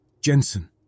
Jensen